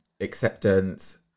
acceptance